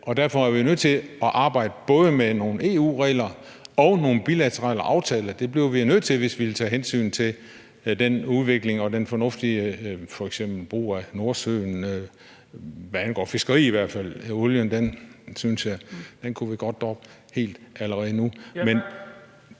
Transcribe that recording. derfor er vi nødt til at arbejde både med nogle EU-regler og nogle bilaterale aftaler. Det bliver vi jo nødt til, hvis vi vil tage hensyn til den udvikling og f.eks. den fornuftige brug af Nordsøen, i hvert fald hvad angår fiskeri; olien synes jeg godt vi kunne droppe helt allerede nu.